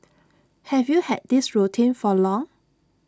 have you had this routine for long